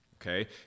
okay